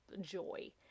joy